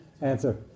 answer